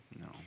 No